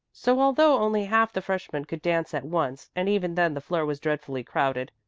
so although only half the freshman could dance at once and even then the floor was dreadfully crowded,